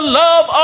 love